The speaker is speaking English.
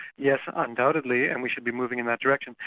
yes, undoubtedly and we should be moving in that direction.